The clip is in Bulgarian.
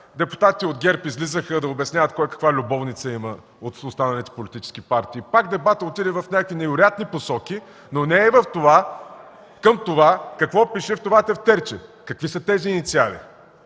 депутатите от ГЕРБ излизаха да обясняват кой каква любовница има от останалите политически партии. Дебатът пак отиде в някакви невероятни посоки, но не и да се насочи към това какво пише в това тефтерче, какви са тези инициали.